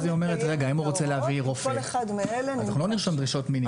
אנחנו לא נרשום דרישות מינימום.